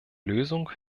lösung